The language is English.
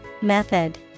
Method